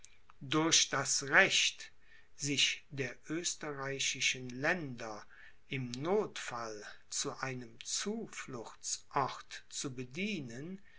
durch das recht sich der österreichischen länder im nothfall zu einem zufluchtsort zu bedienen